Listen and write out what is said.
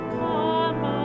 come